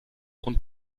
und